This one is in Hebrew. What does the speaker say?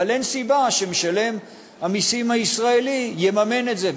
אבל אין סיבה שמשלם המסים הישראלי יממן את זה,